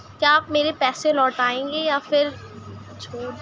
کیا آپ میرے پیسے لوٹائیں گے یا پھر چھوڑ